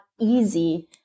easy